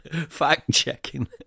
Fact-checking